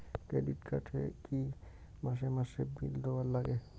Credit card এ কি মাসে মাসে বিল দেওয়ার লাগে?